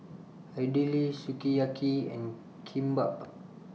Idili Sukiyaki and Kimbap